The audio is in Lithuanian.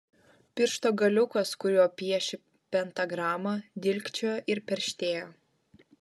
piršto galiukas kuriuo piešė pentagramą dilgčiojo ir perštėjo